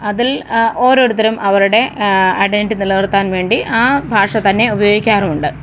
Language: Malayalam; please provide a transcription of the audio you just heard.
അതില് ഓരോത്തരും അവരുടെ ഐഡന്റിറ്റി നിലനിര്ത്താന് വേണ്ടി ആ ഭാഷതന്നെ ഉപയോഗിക്കാറുമുണ്ട്